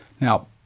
Now